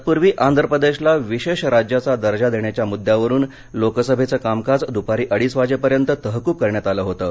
तत्पूर्वी आंध्र प्रदेशला विशेष राज्याचा दर्जा देण्याच्या मुद्द्यावरून लोकसभेचं कामकाज दूपारी अडीच वाजेपर्यंत तहकूब करण्यात आलं होतं